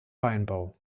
weinbau